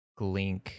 Glink